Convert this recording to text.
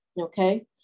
okay